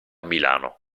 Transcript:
milano